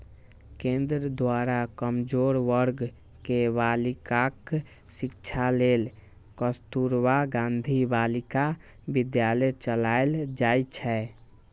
केंद्र द्वारा कमजोर वर्ग के बालिकाक शिक्षा लेल कस्तुरबा गांधी बालिका विद्यालय चलाएल जाइ छै